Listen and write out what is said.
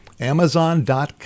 Amazon.com